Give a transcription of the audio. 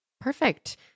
Perfect